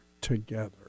Together